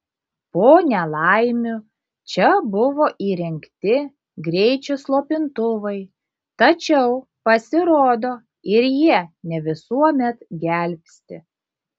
po nelaimių čia buvo įrengti greičio slopintuvai tačiau pasirodo ir jie ne visuomet gelbsti